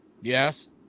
Yes